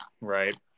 right